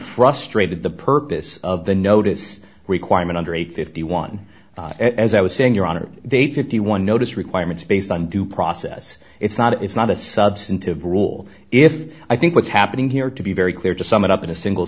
frustrated the purpose of the notice requirement under age fifty one as i was saying your honor they fifty one notice requirements based on due process it's not it's not a substantive rule if i think what's happening here to be very clear to sum it up in a single